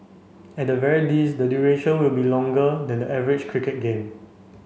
at the very least the duration will be longer than the average cricket game